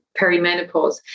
perimenopause